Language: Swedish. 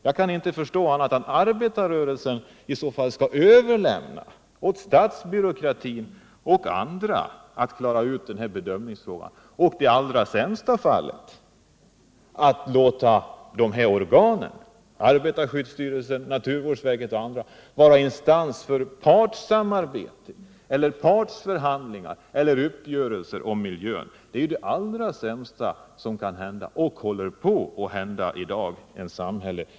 Jag kan inte förstå att arbetarrörelsen bör överlåta åt statsbyråkratin och andra att klara ut dessa frågor och i sämsta fall låta arbetarskyddsstyrelsen, naturvårdsverket och andra vara instanser för partssamarbete, partsförhandlingar eller uppgörelser om miljön. Det är det värsta som kan hända, och det håller på att hända idag.